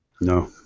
No